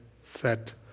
set